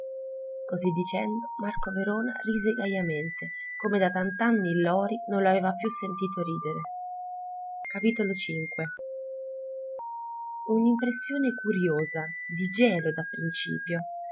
così dicendo marco verona rise gajamente come da tant'anni il lori non lo aveva più sentito ridere un'impressione curiosa di gelo dapprincipio